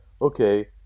Okay